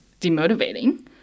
demotivating